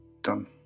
Done